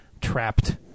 trapped